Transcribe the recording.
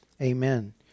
Amen